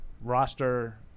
roster